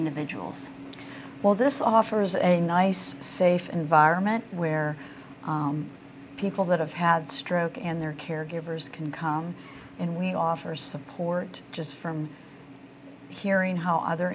individuals well this offers a nice safe environment where people that have had stroke and their caregivers can come in we offer support just from hearing how other